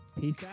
Peace